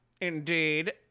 Indeed